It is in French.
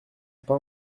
pas